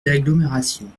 d’agglomération